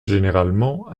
généralement